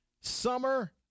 summer